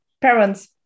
parents